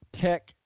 tech